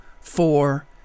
four